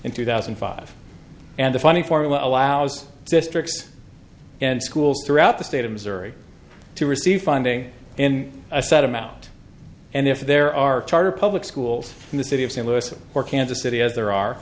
in two thousand and five and the funding for allows districts and schools throughout the state of missouri to receive funding in a set amount and if there are charter public schools in the city of st louis or kansas city as there are